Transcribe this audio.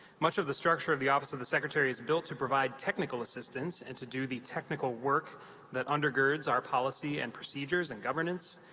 much of the structure of the office of secretary is built to provide technical assistance and to do the technical work that undergirds our policy and procedures and governance,